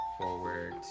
forward